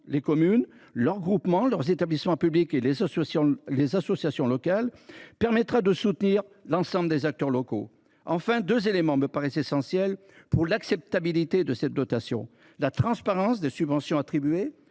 les communes, leurs groupements, leurs établissements publics et les associations locales permettra de soutenir l’ensemble des acteurs locaux. Enfin, deux éléments me paraissent essentiels pour assurer l’acceptabilité de cette dotation : d’une part, la transparence des subventions attribuées,